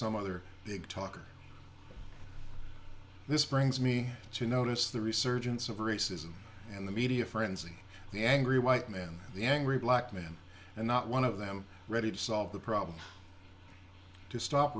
some other big talker this brings me to notice the resurgence of racism and the media frenzy the angry white man the angry black man and not one of them ready to solve the problem to stop